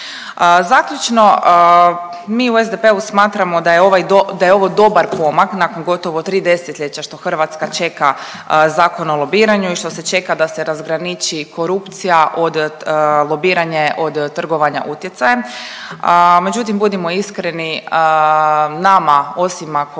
Zaključno mi u SDP-u smatramo da je ovaj do… da je ovo dobar pomak nakon gotovo tri desetljeća što Hrvatska čeka Zakon o lobiranju i što se čeka da se razgraniči korupcija od lobiranje od trgovanja utjecajem. Međutim, budimo iskreni nama osim ako